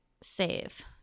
save